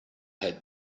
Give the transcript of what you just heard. had